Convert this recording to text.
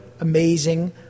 amazing